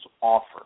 offer